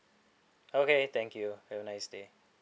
okay thank you have a nice day